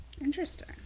Interesting